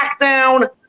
SmackDown